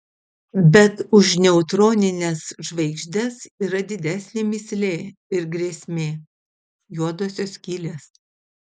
bet už neutronines žvaigždes yra didesnė mįslė ir grėsmė juodosios skylės